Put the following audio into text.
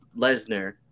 Lesnar